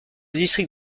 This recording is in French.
district